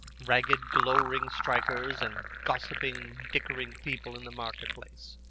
ragged glowering strikers, and gossiping, dickering people in the marketplace.